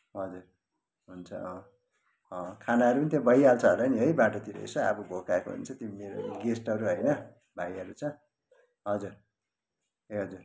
हजुर हुन्छ खानाहरू पनि त्यहाँ भइहाल्छ होला नि है बाटोतिर यसो अब भोकाएको हुन्छ तिनीहरू गेस्टहरू होइन भाइहरू छ हजुर ए हजुर